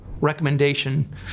recommendation